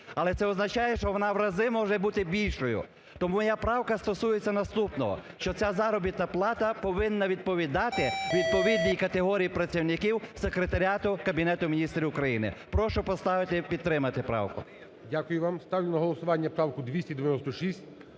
але це означає, що вона в рази може бути більшою. То моя правка стосується наступного, що ця заробітна плата повинна відповідати відповідній категорії працівників Секретаріату Кабінету Міністрів України. Прошу поставити і підтримати правку. ГОЛОВУЮЧИЙ. Дякую вам. Ставлю на голосування правку 296.